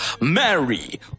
Mary